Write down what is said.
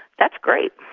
that's great.